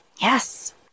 Yes